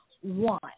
one